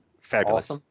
fabulous